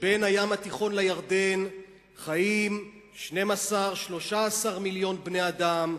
שבין הים התיכון לירדן חיים 12 13 מיליון בני אדם,